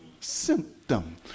Symptom